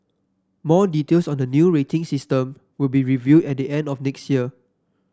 more details on the new rating system will be revealed at the end of next year